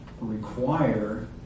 require